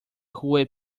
huey